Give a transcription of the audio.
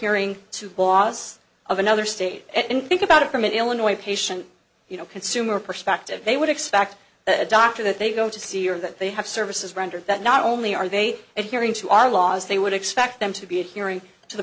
adhering to boss of another state and think about it from an illinois patient you know consumer perspective they would expect a doctor that they go to see or that they have services rendered that not only are they hearing to our laws they would expect them to be adhering t